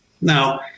Now